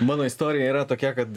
mano istorija yra tokia kad